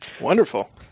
Wonderful